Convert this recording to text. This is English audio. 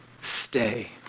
stay